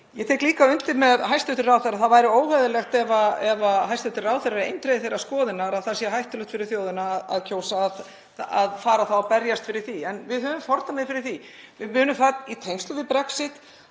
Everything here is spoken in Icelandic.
Ég tek líka undir með hæstv. ráðherra að það væri óeðlilegt, ef hæstv. ráðherrar eru eindregið þeirrar skoðunar að það sé hættulegt fyrir þjóðina að kjósa, að fara að berjast fyrir því. En við höfum fordæmi fyrir því. Við munum í tengslum við Brexit